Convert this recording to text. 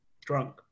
drunk